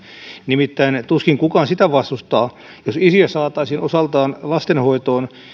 nimittäin tuskin kukaan sitä vastustaa jos isiä saataisiin osaltaan lastenhoitoon